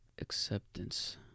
acceptance